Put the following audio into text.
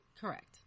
Correct